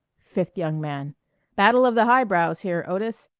fifth young man battle of the highbrows here, otis.